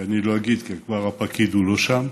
אני לא אגיד כי הפקיד כבר לא שם,